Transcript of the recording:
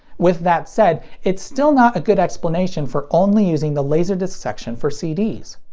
with that said, it's still not a good explanation for only using the laserdisc section for cds.